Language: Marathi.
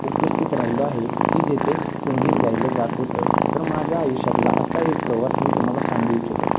उपस्थित राहिलो आहे की जेथे संगीत गायिलं जात होतं तर माझ्या आयुष्यातला असा एक प्रवास मी तुम्हाला सांगू इच्छितो